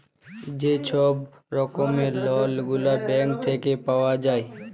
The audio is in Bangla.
যে ছব রকমের লল গুলা ব্যাংক থ্যাইকে পাউয়া যায়